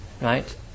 right